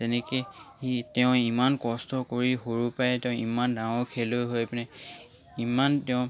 যেনেকৈ সি তেওঁ ইমান কষ্ট কৰি সৰু পৰাই তেওঁ ইমান ডাঙৰ খেলুৱৈ হৈ পিনে ইমান তেওঁ